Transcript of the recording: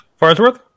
Farnsworth